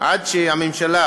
עד שהממשלה